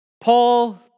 Paul